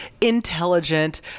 intelligent